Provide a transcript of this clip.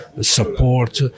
support